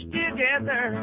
together